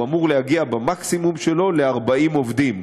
הוא אמור להגיע במקסימום שלו ל-40 עובדים,